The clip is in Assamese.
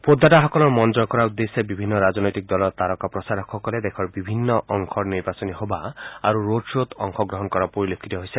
ভোটদাতাসকলৰ মন জয় কৰাৰ উদ্দেশ্যে বিভিন্ন ৰাজনৈতিক দলৰ তাৰকা প্ৰচাৰকসকলে দেশৰ বিভিন্ন অংশৰ নিৰ্বাচনী সভা আৰু ৰোড খত অংশগ্ৰহণ কৰা পৰিলক্ষিত হৈছে